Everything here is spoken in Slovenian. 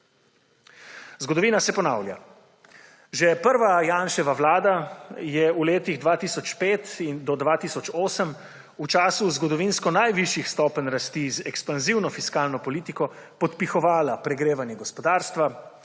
Zgodovina se ponavlja. Že prva Janševa vlada je v letih 2005 do 2008, v času zgodovinsko najvišjih stopenj rasti z ekspanzivno fiskalno politiko podpihovala pregrevanje gospodarstva,